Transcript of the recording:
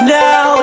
now